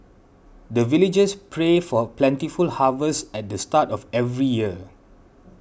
the villagers pray for plentiful harvest at the start of every year